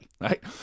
right